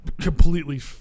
completely